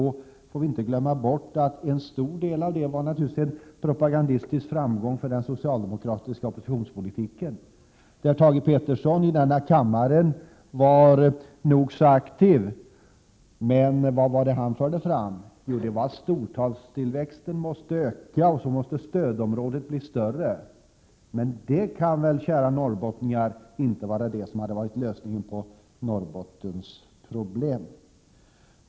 Vi får då inte glömma bort att en stor del av det naturligtvis var en propagandistisk framgång för den socialdemokratiska oppositionspolitiken. Thage Peterson var nog så aktiv här i kammaren, men vad var det han förde fram? Jo, det var bl.a. att storstadstillväxten måste öka och att stödområdet måste bli större. Men det hade väl, kära norrbottningar, inte varit lösningen på Norrbottens problem?